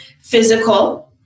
physical